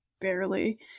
barely